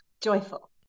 Joyful